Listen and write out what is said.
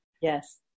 Yes